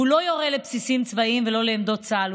והוא לא יורה על בסיסים צבאיים ולא על עמדות צה"ל,